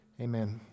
amen